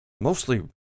Mostly